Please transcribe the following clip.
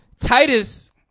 Titus